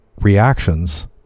reactions